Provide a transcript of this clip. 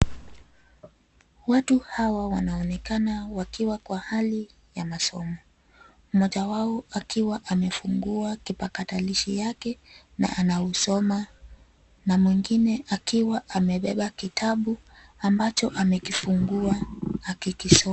Watu hawa wanaonekana wakiwa kwa hali ya masomo. Mmoja wao akiwa amefungua kipakatakilishi yake na anausoma, na mwingine akiwa amebeba kitabu ambacho amekifungua akikisoma.